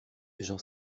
j’en